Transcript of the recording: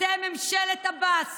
אתם ממשלת עבאס